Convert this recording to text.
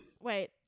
Wait